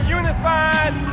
unified